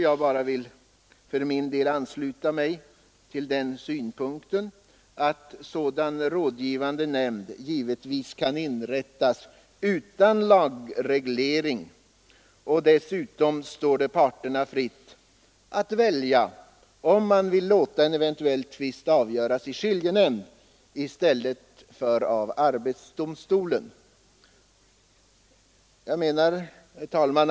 Jag vill ansluta mig till den synpunkten att en sådan rådgivande nämnd givetvis kan inrättas utan lagreglering. Dessutom står det ju parterna fritt att välja om de vill låta en eventuell tvist avgöras av skiljenämnd i stället för av arbetsdomstolen. Herr talman!